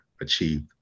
achieved